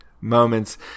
moments